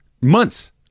Months